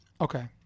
Okay